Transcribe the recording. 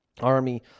army